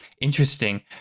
Interesting